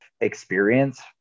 experience